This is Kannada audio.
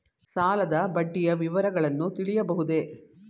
ಸಾಲದ ಬಡ್ಡಿಯ ವಿವರಗಳನ್ನು ತಿಳಿಯಬಹುದೇ?